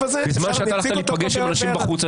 בזמן שאתה יוצא להיפגש עם אנשים בחוץ,